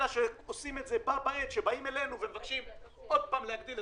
אלא שעושים את זה בה-בעת שבאים אלינו ומבקשים להגדיל את